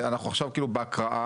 אנחנו עכשיו כאילו בהקראה.